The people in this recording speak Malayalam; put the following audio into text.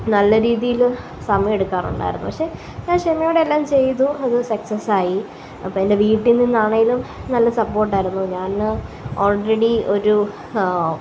നല്ല രീതിയിൽ സമയം എടുക്കാറുണ്ടായിരുന്നു പക്ഷേ ഞാൻ ക്ഷമയോടെ എല്ലാം ചെയ്തു അത് സക്സസായി അപ്പം എൻ്റെ വീട്ടിൽ നിന്നാണേലും നല്ല സപ്പോർട്ട് ആയിരുന്നു ഞാന് ഓൾറെഡി ഒരു